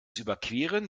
überqueren